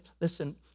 listen